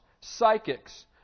psychics